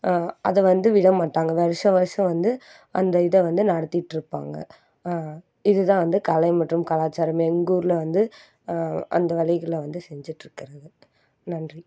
அதை வந்து விடமாட்டாங்க வருஷம் வருஷம் வந்து அந்த இதை வந்து நடத்திட்டுருப்பாங்க இதுதான் வந்து கலை மற்றும் கலாச்சாரம் எங்கூரில் வந்து அந்த வழிகளை வந்து செஞ்சிட்டுருக்கறது நன்றி